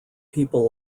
people